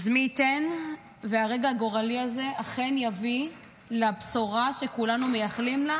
אז מי ייתן והרגע הגורלי הזה אכן יביא לבשורה שכולנו מייחלים לה,